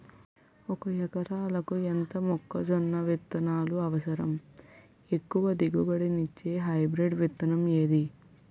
ఒక ఎకరాలకు ఎంత మొక్కజొన్న విత్తనాలు అవసరం? ఎక్కువ దిగుబడి ఇచ్చే హైబ్రిడ్ విత్తనం ఏది?